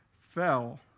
fell